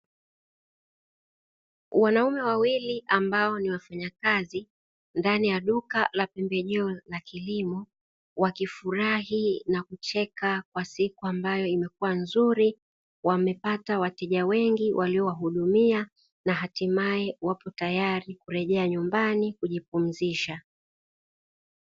Wanaume wawili ambao ni wafanyakazi ndani ya duka la pembejeo za kilimo, wakifurahi na kucheka kwa siku ambayo imekua nzuri, wamepata wateja wengi waliowahudumia, na hatimaye wapo tayari kurejea nyumbani kujipumzisha.